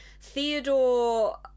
Theodore